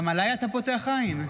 גם עליי אתה פותח עין?